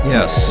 Yes